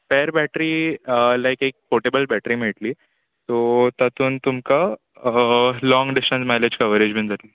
स्पॅर battery लायक एक portable battery मेळट्ली सो तातून तुमकां लाँग डिसटन्स मायलेज कवरेज बी जातली